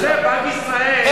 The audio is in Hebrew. בנק ישראל מתייחס,